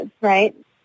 right